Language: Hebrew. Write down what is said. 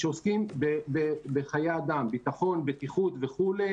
שעוסקים בחיי אדם ביטחון, בטיחות וכו'.